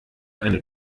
eine